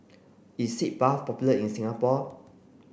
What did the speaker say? is Sitz Bath popular in Singapore